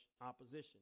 opposition